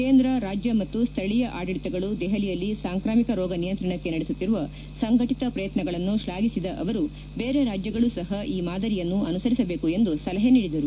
ಕೇಂದ್ರ ರಾಜ್ಯ ಮತ್ತು ಸ್ಥಳೀಯ ಆಡಳಿತಗಳು ದೆಹಲಿಯಲ್ಲಿ ಸಾಂಕ್ರಾಮಿಕ ರೋಗ ನಿಯಂತ್ರಣಕ್ಕೆ ನಡೆಸುತ್ತಿರುವ ಸಂಘಟಿತ ಪ್ರಯತ್ನಗಳನ್ನು ಶ್ಲಾಫಿಸಿದ ಅವರು ಬೇರೆ ರಾಜ್ಯಗಳು ಸಹ ಈ ಮಾದರಿಯನ್ನು ಅನುಸರಿಸಬೇಕು ಎಂದು ಸಲಹೆ ನೀಡಿದರು